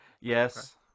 Yes